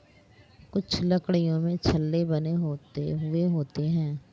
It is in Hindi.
कुछ लकड़ियों में छल्ले बने हुए होते हैं